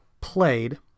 played